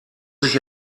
sich